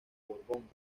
borbón